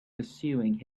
pursuing